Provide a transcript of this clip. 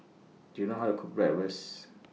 Do YOU know How to Cook Bratwurst